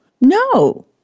No